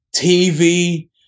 TV